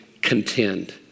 contend